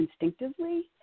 instinctively